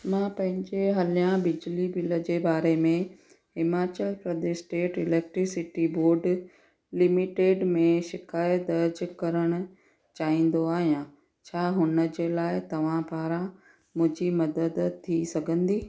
मां पंहिंजे हालिया बिजली बिल जे बारे में Himachal Pradesh state electricity board limited में शिकायत दर्जु करणु चाहींदो आहियां छा हुन जे लाए तव्हां पारां मुंहिंजी मदद थी सघंदी